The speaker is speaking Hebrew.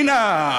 הנה,